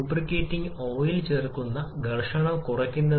ഇപ്പോൾ നിങ്ങൾ എന്താണ് ചിന്തിക്കുന്നത് തന്മാത്രകളുടെ എണ്ണത്തിന്റെ ഫലമായിരിക്കാം